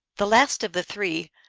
the last of the three,